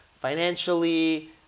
financially